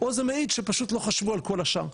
או זה מעיד שפשוט לא חשבו על כל השאר.